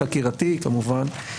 חקירתי כמובן.